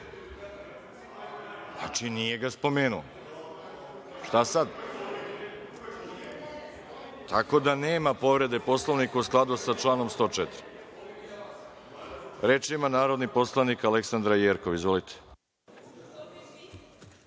o prijatelju Pernara.)Šta sad? Tako da, nema povrede Poslovnika u skladu sa članom 104.Reč ima narodni poslanik Aleksandra Jerkov. Izvolite.